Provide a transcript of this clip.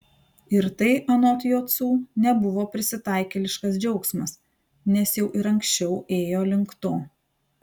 ir tai anot jocų nebuvo prisitaikėliškas džiaugsmas nes jau ir anksčiau ėjo link to